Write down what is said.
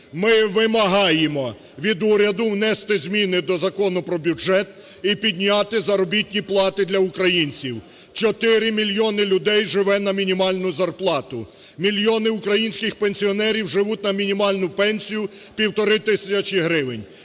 Ми вимагаємо від уряду внести зміни до Закону про бюджет і підняти заробітні плати для українців. 4 мільйони людей живе на мінімальну зарплату, мільйони українських пенсіонерів живуть на мінімальну пенсію 1,5 тисячі гривень.